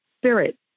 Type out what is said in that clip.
spirit